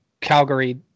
Calgary